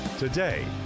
Today